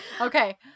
Okay